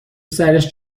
سرش